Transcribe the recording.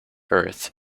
earth